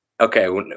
okay